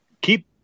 keep